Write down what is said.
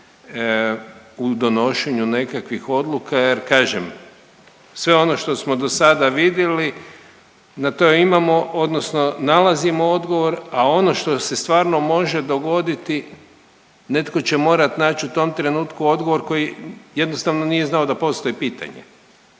u donošenju nekakvih odluka, jer kažem sve ono što smo do sada vidjeli na to imamo, odnosno nalazimo odgovor, a ono što se stvarno može dogoditi netko će morati naći u tom trenutku odgovor koji jednostavno nije znao da postoji pitanje.